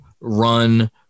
run